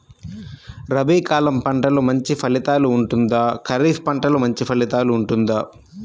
రబీ కాలం పంటలు మంచి ఫలితాలు ఉంటుందా? ఖరీఫ్ పంటలు మంచి ఫలితాలు ఉంటుందా?